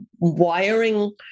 wiring